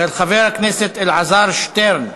של חבר כנסת אלעזר שטרן,